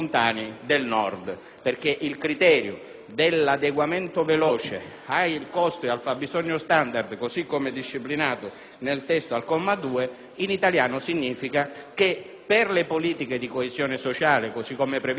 dell'adeguamento veloce al costo e al fabbisogno standard, così come disciplinato nell'articolo al comma 2, in italiano significa che per le politiche di coesione sociale, così come previste dal quinto comma